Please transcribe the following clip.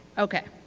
okay.